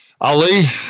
Ali